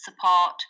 support